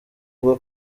bwo